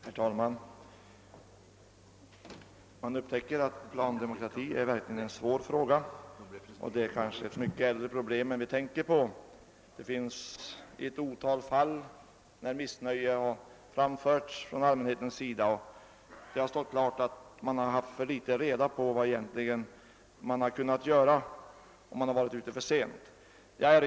Herr talman! Man upptäcker att plandemokrati verkligen är en svår fråga och kanske ett mycket äldre problem än vi vanligen tänker på. Det finns ett otal fall där missnöje framförts från allmänhetens sida, där det stått klart att man haft för litet reda på vad man egentligen kunnat göra och där man fördenskull varit för sent ute.